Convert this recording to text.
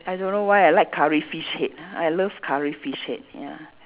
I don't know why I like curry fish head I love curry fish head ya